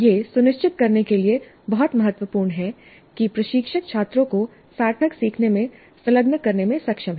यह सुनिश्चित करने के लिए बहुत महत्वपूर्ण है कि प्रशिक्षक छात्रों को सार्थक सीखने में संलग्न करने में सक्षम है